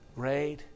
Great